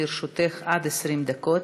לרשותך עד 20 דקות.